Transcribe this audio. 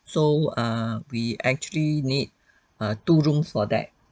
so err we actually need a two room for that